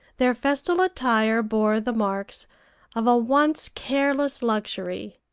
their festal attire bore the marks of a once careless luxury,